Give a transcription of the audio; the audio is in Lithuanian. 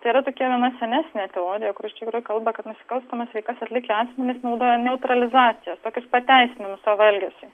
tai yra tokia viena senesnė teorija kuri čia kalba kad nusikalstamas veikas atlikę asmenys naudoja neutralizacijos tokius pateisinimus savo elgesiui